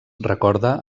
recorda